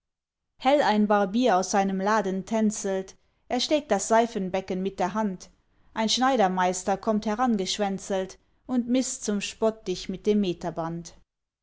hell ein barbier aus seinem laden tänzelt er schlägt das seifenbecken mit der hand ein schneidermeister kommt herangeschwänzelt und mißt zum spott dich mit dem meterband